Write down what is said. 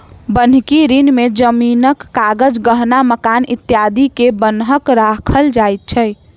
बन्हकी ऋण में जमीनक कागज, गहना, मकान इत्यादि के बन्हक राखल जाय छै